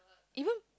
even